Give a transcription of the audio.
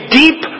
deep